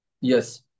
Yes